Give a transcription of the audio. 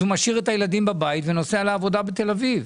הוא משאיר את הילדים בבית ונוסע לעבודה בתל אביב.